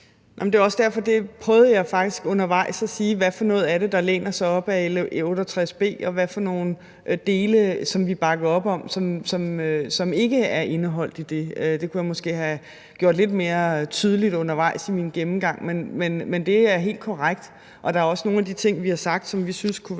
undervejs prøvede at sige, hvad for noget af det der læner sig op ad L 68 B, og hvad for nogle dele vi bakker op om, som ikke er indeholdt i det. Det kunne jeg måske have gjort lidt mere tydeligt undervejs i min gennemgang. Men det er helt korrekt. Og der er også nogle af de ting, vi har sagt vi synes kunne være